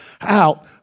out